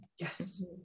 Yes